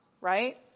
right